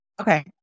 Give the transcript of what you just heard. Okay